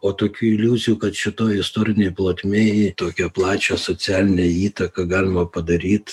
o tokių iliuzijų kad šitoj istorinėj plotmėj tokią plačią socialinę įtaką galima padaryt